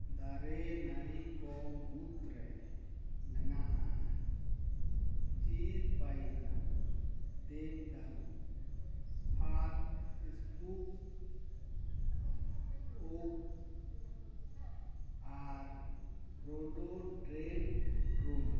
ᱫᱟᱨᱮ ᱱᱟᱹᱲᱤ ᱠᱚ ᱢᱩᱫᱽᱨᱮ ᱢᱮᱱᱟᱜᱼᱟ ᱪᱤᱨ ᱯᱟᱭᱤ ᱫᱮᱵᱽ ᱫᱟᱹᱨᱩ ᱯᱷᱟᱨ ᱤᱥᱯᱩᱠ ᱩᱵ ᱟᱨ ᱨᱩᱰᱩ ᱰᱨᱮᱱ ᱰᱨᱩᱢ